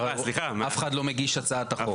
אף אחד לא מגיש הצעת החוק.